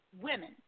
women